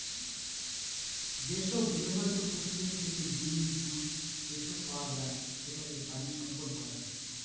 যেসব গৃহপালিত পশুদের থেকে ডিম, দুধ, এসব পাওয়া যায় সেটাকে প্রানীসম্পদ বলে